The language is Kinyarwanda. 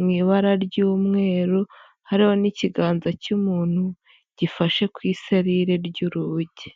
mu ibara ry'umweru, hariho n'ikiganza cy'umuntu gifashe ku iserire ry'urugi.